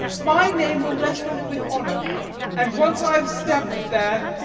my name will rest on it with honour and once i've stamped it there,